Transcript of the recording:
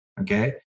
Okay